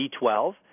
B12